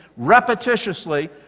repetitiously